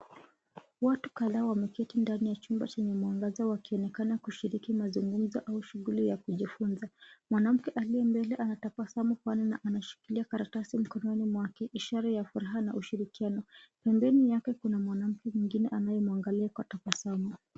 Watu kadhaa wameketi ndani ya chumba chenye mwangaza wakionekana kushiriki mazungumzo au shughuli ya kujifunza. Mwanamke aliye mbele anatabasamu pana na anashikilia karatasi mkononi mwake ishara ya furaha na ushirikiano. Pembeni yake kuna mwanamke mwingine anayemwangalia kwa tabasamu.